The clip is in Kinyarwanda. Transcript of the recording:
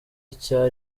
icya